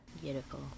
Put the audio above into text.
Beautiful